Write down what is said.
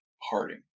Harding